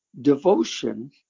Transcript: devotion